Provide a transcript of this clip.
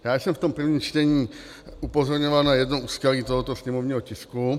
V tom prvním čtení jsem upozorňoval na jedno úskalí tohoto sněmovního tisku.